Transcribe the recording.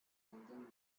holding